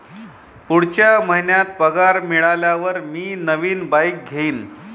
पुढच्या महिन्यात पगार मिळाल्यावर मी नवीन बाईक घेईन